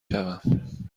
شوم